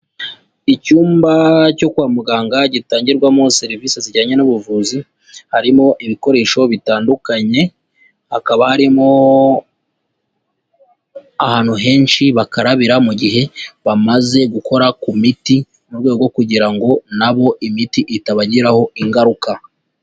Icyumba cyo kwa muganga gitangirwamo service zijyanye n'ubuvuzi harimo ibikoresho bitandukanye, hakaba harimo ahantu henshi bakarabira mu gihe bamaze gukora ku miti mu rwego rwo kugira ngo na bo imiti itabagiraho ingaruka.